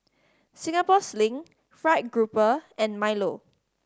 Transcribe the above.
Singapore Sling fried grouper and milo